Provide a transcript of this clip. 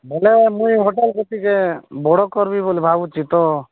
ବୋଲେ ମୁଁ ହୋଟେଲ୍କୁ ଟିକେ ବଡ଼ କରବି ବୋଲି ଭାବୁଛି ତ